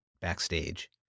backstage